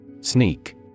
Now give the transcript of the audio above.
Sneak